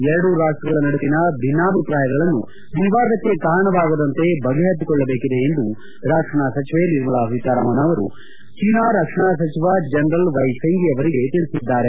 ಎರಡೂ ರಾಷ್ಟಗಳ ನಡುವಿನ ಭಿನ್ನಾಭಿಪ್ರಾಯಗಳನ್ನು ವಿವಾದಕ್ಕೆ ಕಾರಣವಾಗದಂತೆ ಬಗೆಹರಿಸಿಕೊಳ್ಳದೇಕಿದೆ ಎಂದು ರಕ್ಷಣಾ ಸಚಿವೆ ನಿರ್ಮಲಾ ಸೀತಾರಾಮನ್ ಅವರು ಚೀನಾ ರಕ್ಷಣಾ ಸಚಿವ ಜನರಲ್ ವೈ ಫೆಂಗಿ ಅವರಿಗೆ ತಿಳಿಸಿದ್ದಾರೆ